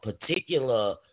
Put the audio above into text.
particular